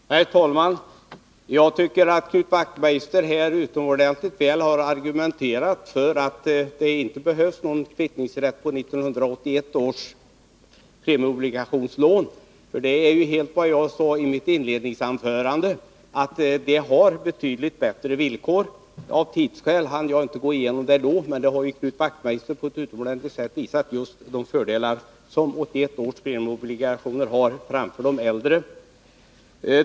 ligationer Herr talman! Jag tycker att Knut Wachtmeister har argumenterat utomordentligt väl för att det inte behövs någon kvittningsrätt för 1981 års premieobligationslån. För dem gäller betydligt bättre villkor än för de äldre lånen, som jag också sade i mitt inledningsanförande. Av tidsskäl hann jag inte då gå närmare in på detta, men nu har ju som sagt Knut Wachtmeister på ett utomordentligt sätt redovisat de fördelar som 1981 års premieobligationer har framför de äldre.